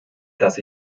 dass